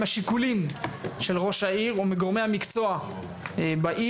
השיקולים של ראש העיר או מגורמי המקצוע בעיר,